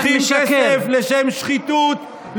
לוקחים כסף לשם שחיתות,